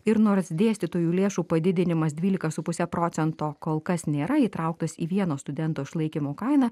ir nors dėstytojų lėšų padidinimas dvylika su puse procento kol kas nėra įtrauktas į vieno studento išlaikymo kainą